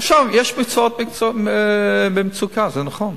עכשיו, יש מקצועות במצוקה, זה נכון.